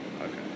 okay